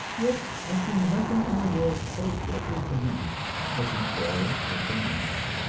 yet i see nothing in the world so deadly to men as an error of the mind.